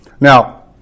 Now